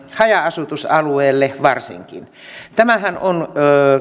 haja asutusalueella varsinkin tämähän on